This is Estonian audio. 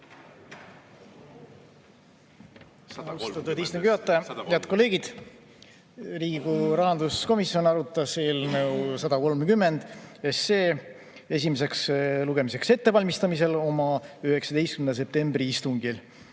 Head kolleegid! Riigikogu rahanduskomisjon arutas eelnõu 130 esimeseks lugemiseks ettevalmistamisel oma 19. septembri istungil.